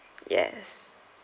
yes